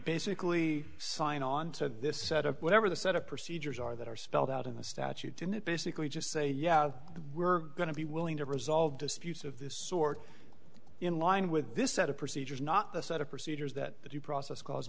basically sign on to this set up whatever the set of procedures are that are spelled out in the statute didn't it basically just say yeah we're going to be willing to resolve disputes of this sort in line with this set of procedures not the set of procedures that the due process